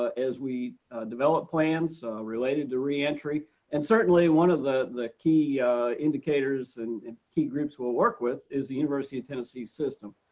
ah as we develop plans related to re-entry and certainly one of the the key indicators and and key groups we'll work with is the university of tennessee system.